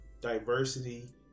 diversity